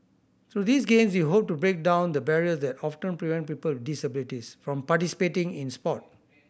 through these Games we hope to break down the barriers that often prevent people with disabilities from participating in sport